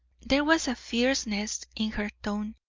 there was a fierceness in her tone,